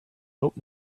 hope